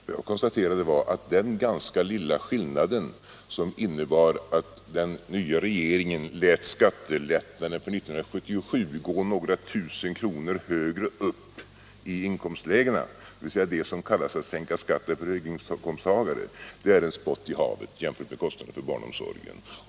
Vad jag konstaterade var att den ganska lilla skillnad som det innebär att den nya regeringen låtit skattelättnaderna för 1977 gå några tusen kronor högre upp i inkomstlägena — dvs. det som kallas att sänka skatten för höginkomsttagare — är som spott i havet jämfört med kostnaderna för barnomsorgen.